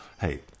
Hey